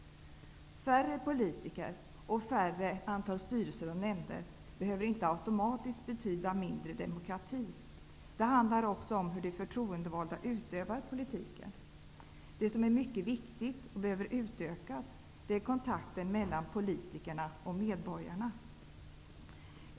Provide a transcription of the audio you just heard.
Färre politiker och ett mindre antal styrelser och nämnder behöver inte automatiskt betyda mindre demokrati. Det handlar också om hur de förtroendevalda utövar politiken. Det som är mycket viktigt och behöver utökas är kontakten mellan politikerna och medborgarna.